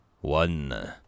one